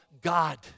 God